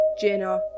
Jenna